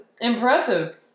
Impressive